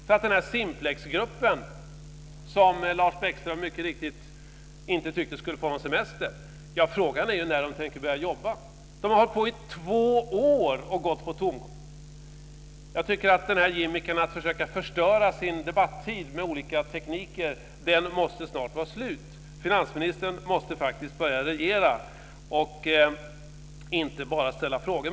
Lars Bäckström tyckte mycket riktigt att Simplexgruppen inte skulle få någon semester. Frågan är när den ska börja jobba. Den har hållit på i två år och gått på tomgång. Jag tycker att gimmicken att förstöra sin debattid med olika tekniker snart måste vara slut. Finansministern måste börja regera och inte bara ställa frågor.